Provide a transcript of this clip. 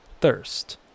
Thirst